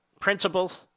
principles